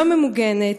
לא ממוגנת,